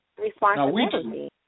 responsibility